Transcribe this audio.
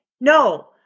no